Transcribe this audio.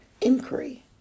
inquiry